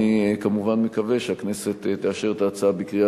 אני כמובן מקווה שהכנסת תאשר את ההצעה בקריאה